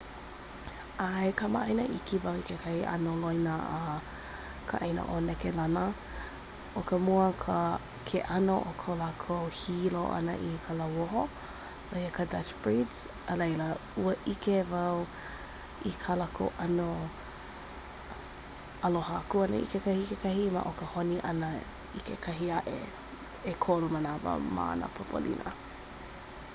Ma Malaysia like loa ko kākou ʻanilā me ko Hawaiʻi. ʻO ka maʻamau anuanu i uka a maʻū i kai. Akā, ʻaʻole keu a ka wela, ʻaʻole keu a ka anuanu ma nā wahi a pau. A he mea maʻamau ka ua he nui mai kīnohi ā i ka hōpena o ka makahiki inā mānawa a pau. Keu hoʻi ka wā kai ʻeʻe.